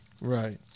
Right